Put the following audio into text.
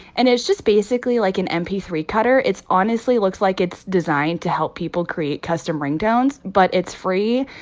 and it's just basically, like, an m p three cutter. it's honestly looks like it's designed to help people create custom ringtones, but it's free.